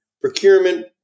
procurement